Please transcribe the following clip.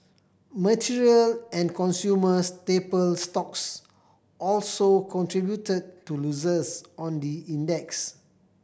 material and consumer staple stocks also contributed to losses on the index